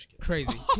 Crazy